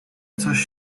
coś